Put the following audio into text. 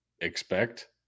expect